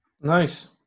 Nice